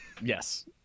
Yes